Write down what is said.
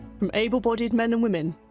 from able-bodied men and women,